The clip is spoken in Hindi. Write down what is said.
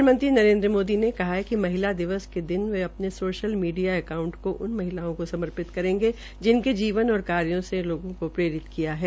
प्रधानमंत्री नरेन्द्र मोदी ने कहा है कि महिला दिवस के दिन वे अपने सोशल मीडिया अकांऊट को उन महिलाओं को समर्पित करेंगे जिनके जीवन और कार्यो ने लोगों को प्रेरित किया है